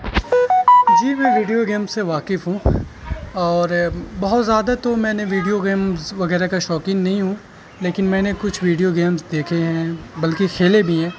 جی میں video game سے واقف ہوں اور بہت زیادہ تو میں نے ویڈیو گیمز وغیرہ کا شوقین نہیں ہوں لیکن میں نے کچھ ویڈیو گیمس دیکھے ہیں بلکہ کھیلے بھی ہیں